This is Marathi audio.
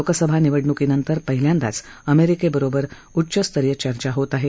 लोकसभा निवडणुकीनंतर पहिल्यांदाच अमेरिकेबरोबर उच्चस्तरीय चर्चा होत आहे